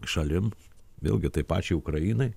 šalim vėlgi tai pačiai ukrainai